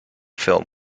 film